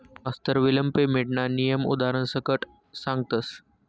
मास्तर विलंब पेमेंटना नियम उदारण सकट सांगतस